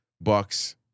Bucks